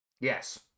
Yes